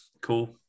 Cool